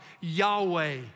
Yahweh